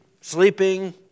sleeping